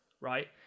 right